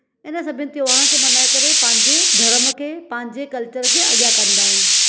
हिन सभिनि त्योहारनि खे मल्हाए पंहिंजे धर्म खे पंहिंजे कल्चर खे अॻियां कंदा आहिनि